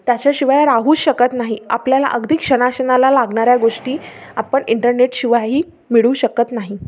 त्याच्याशिवाय राहूच शकत नाही आपल्याला अगदी क्षणाक्षणाला लागणाऱ्या गोष्टी आपण इंटरनेटशिवायही मिळवू शकत नाही